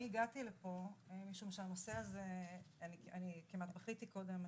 אני הגעתי לפה וכמעט בכיתי פה.